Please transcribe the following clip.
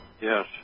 Yes